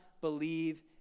believe